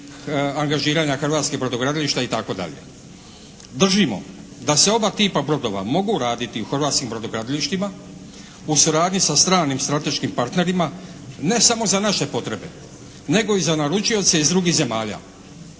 hrvatskih brodogradilišta itd. Držimo da se oba tipa brodova mogu raditi u hrvatskim brodogradilištima u suradnji sa stranim strateškim partnerima ne samo za naše potrebe nego i za naručioce iz drugih zemalja.